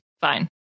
Fine